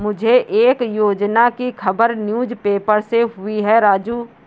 मुझे एक योजना की खबर न्यूज़ पेपर से हुई है राजू